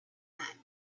night